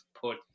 put